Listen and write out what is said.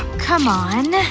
come on,